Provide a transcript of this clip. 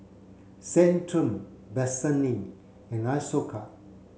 Centrum Vaselin and Isocal